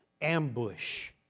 ambush